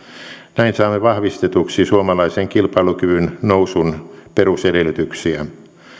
näin saamme vahvistetuksi suomalaisen kilpailukyvyn nousun perusedellytyksiä